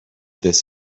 this